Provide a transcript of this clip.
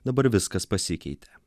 dabar viskas pasikeitė